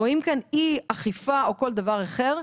רואים כאן אי אכיפה או כל דבר אחר,